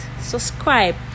subscribe